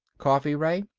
coffee, ray?